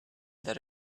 that